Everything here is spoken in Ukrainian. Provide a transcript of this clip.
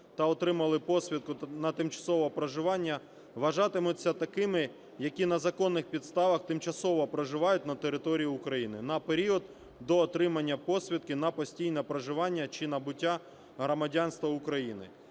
та отримали посвідку на тимчасове проживання, вважатимуться такими, які на законних підставах тимчасово проживають на території України на період до отримання посвідки на постійне проживання чи набуття громадянства України.